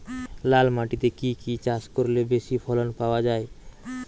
লাল মাটিতে কি কি চাষ করলে বেশি ফলন পাওয়া যায়?